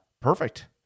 perfect